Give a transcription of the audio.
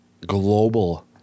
global